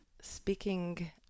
speaking